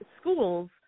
schools